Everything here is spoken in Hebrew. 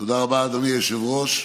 תודה רבה, אדוני היושב-ראש.